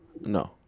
No